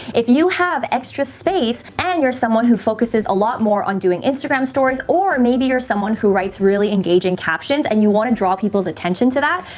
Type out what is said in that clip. if you have extra space and you're someone who focuses a lot more on doing instagram stories or maybe you're someone who writes really engaging captions and you want to draw people's attention to that,